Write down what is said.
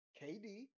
KD